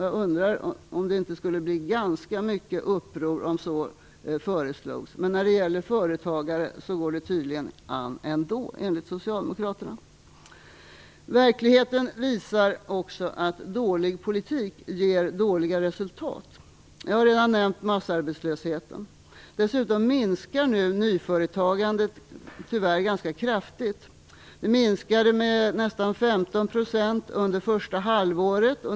Jag undrar om det inte skulle bli ganska mycket av uppror, om något sådant skulle föreslås, men när det gäller företagare går det enligt socialdemokraterna tydligen an ändå. Verkligheten visar också att dålig politik ger dåliga resultat. Jag har redan nämnt massarbetslösheten. Dessutom minskar nu nyföretagandet tyvärr ganska kraftigt. Det minskade med nästan 15 % under första halvåret.